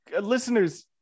Listeners